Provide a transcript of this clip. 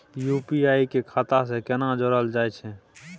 UPI के खाता सं केना जोरल जाए छै?